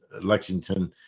Lexington